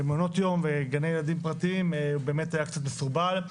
למעונות יום וגני ילדים פרטיים באמת היה קצת מסובל.